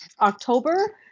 October